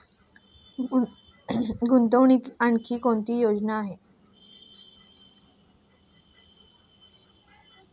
गुंतवणुकीच्या आणखी कोणत्या योजना आहेत?